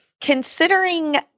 considering